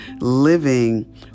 living